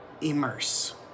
Immerse